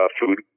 food